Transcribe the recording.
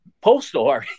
postal